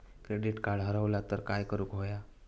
Credit card हरवला तर काय करुक होया?